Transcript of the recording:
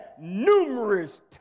numerous